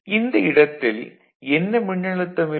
இந்த இடத்தில் என்ன மின்னழுத்தம் இருக்கும்